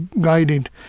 guided